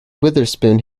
witherspoon